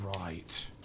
right